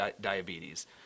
diabetes